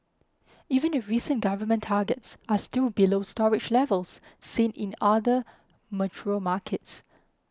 even the recent government targets are still below storage levels seen in other mature markets